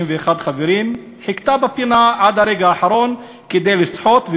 חברים חיכתה בפינה עד הרגע האחרון כדי לסחוט,